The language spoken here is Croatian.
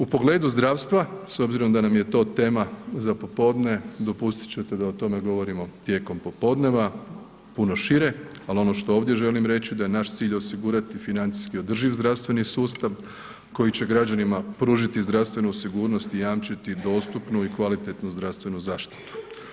U pogledu zdravstva s obzirom da nam je to tema za popodne, dopustiti ćete da o tome govorimo tijekom popodneva puno šire ali ono što ovdje želim reći da je naš cilj osigurati financijski održiv zdravstveni sustav koji će građanima pružiti zdravstvenu sigurnost i jamčiti dostupnu i kvalitetnu zdravstvenu zaštitu.